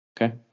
Okay